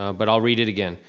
but i'll read it again.